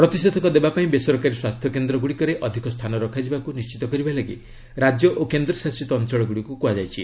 ପ୍ରତିଷେଧକ ଦେବା ପାଇଁ ବେସରକାରୀ ସ୍ୱାସ୍ଥ୍ୟ କେନ୍ଦ୍ର ଗୁଡ଼ିକରେ ଅଧିକ ସ୍ଥାନ ରଖାଯିବାକୁ ନିଶ୍ଚିତ କରିବା ଲାଗି ରାଜ୍ୟ ଓ କେନ୍ଦ୍ର ଶାସିତ ଅଞ୍ଚଳଗୁଡ଼ିକୁ କୁହାଯାଇଛି